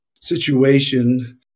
situation